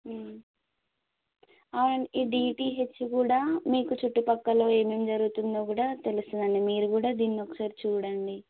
అవునండి ఈ డీటీహెచ్ కూడా మీకు చుట్టుపక్కల ఏమేమి జరుగుతుందో కూడా తెలుస్తుంది అండి మీరు కూడా దీన్ని ఒకసారి చుడండి